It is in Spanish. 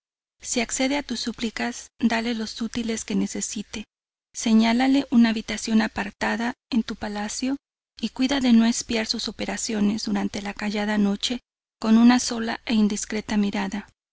si accede a tus suplicas dale los útiles que necesite señálale una habitación apartada en tu palacio y cuida de no espiar sus operaciones durante la callada noche con una sola e indiscreta mirada